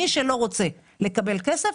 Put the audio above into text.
מי שלא רוצה לקבל כסף,